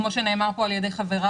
כמו שנאמר פה על ידי חבריי,